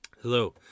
Hello